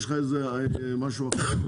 יש לך משהו אחר?